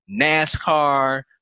NASCAR